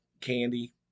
candy